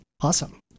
Awesome